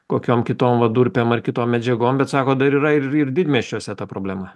kokiom kitom va durpėm ar kitom medžiagom bet sako dar yra ir ir didmiesčiuose ta problema